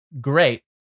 great